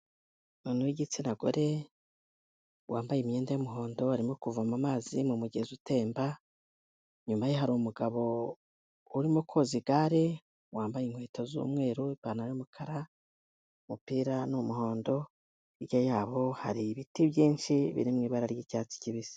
Umuntu w'igitsina gore, wambaye imyenda y'umuhondo arimo kuvoma amazi mu mugezi utemba, inyuma ye hari umugabo urimo koza igare, wambaye inkweto z'umweru, ipantaro y'umukara, umupira ni umuhondo, hirya yabo hari ibiti byinshi, biri mu ibara ry'icyatsi kibisi.